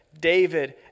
David